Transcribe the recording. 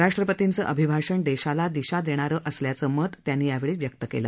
राष्ट्रपतींचं अभिभाषण देशाला दिशा देणारं असल्याचं मत त्यांनी यावेळी व्यक्त केलं